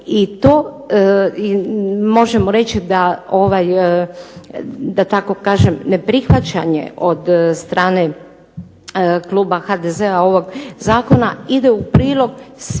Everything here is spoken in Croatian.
I to možemo reći da tako kažem neprihvaćanje od strane kluba HDZ-a ovog zakona ide prilog svim